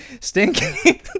Stinky